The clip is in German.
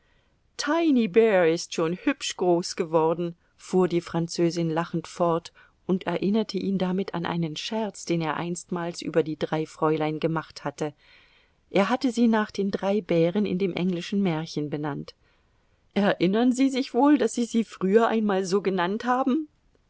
tiny bear ist schon hübsch groß geworden fuhr die französin lachend fort und erinnerte ihn damit an einen scherz den er einstmals über die drei fräulein gemacht hatte er hatte sie nach den drei bären in dem englischen märchen benannt erinnern sie sich wohl daß sie sie früher einmal so genannt haben